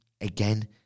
again